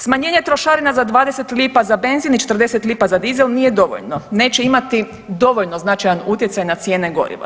Smanjenje trošarina za 20 lipa za benzin i 40 lipa za dizel nije dovoljno, neće imati dovoljno značajan utjecaj na cijene goriva.